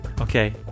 Okay